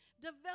Develop